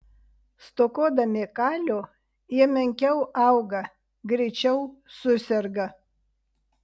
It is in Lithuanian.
stokodami kalio jie menkiau auga greičiau suserga